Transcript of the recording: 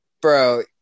Bro